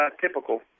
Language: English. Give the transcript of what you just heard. Typical